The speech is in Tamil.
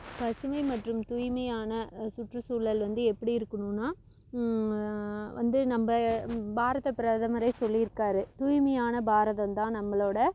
பசுமை மற்றும் தூய்மையான சுற்றுசூழல் வந்து எப்படி இருக்குணுன்னா வந்து நம்ப பாரத பிரதமரே சொல்லிருக்கார் தூய்மையான பாரதம் தான் நம்மளோட